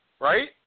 right